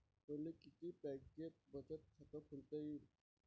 मले किती बँकेत बचत खात खोलता येते?